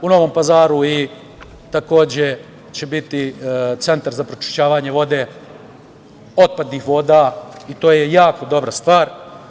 U Novom Pazaru će takođe biti centar za pročišćavanje vode, otpadnih voda i to je jako dobra stvar.